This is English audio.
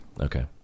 Okay